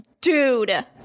Dude